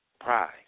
Pride